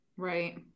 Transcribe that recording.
Right